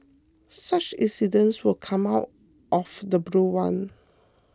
such incidents will come out of the blue one